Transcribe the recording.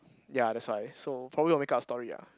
ya that's why so probably will make up a story ah